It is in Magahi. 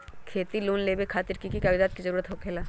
खेती लोन लेबे खातिर की की कागजात के जरूरत होला?